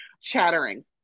chattering